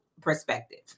perspective